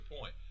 point